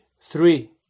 three